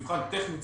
מבחן טכני,